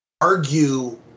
argue